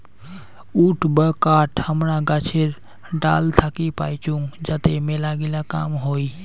would বা কাঠ হামারা গাছের ডাল থাকি পাইচুঙ যাতে মেলাগিলা কাম হই